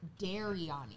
Dariani